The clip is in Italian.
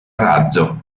razzo